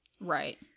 right